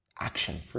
action